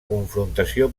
confrontació